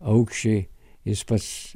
aukščiai jis pats